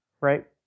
right